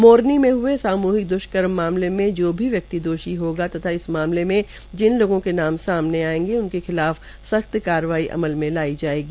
मोरनी में हुए सामूहिक द्ष्कर्म मामले मे जो भी व्यक्ति दोषी होगा तथा इस मामले में जिन लोगों के नाम सामने आयेंगे उनके खिलाफ संख्त कार्रवाई अमल में लाई जायेगी